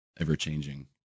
ever-changing